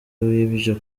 w’ibyo